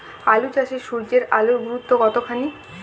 আলু চাষে সূর্যের আলোর গুরুত্ব কতখানি?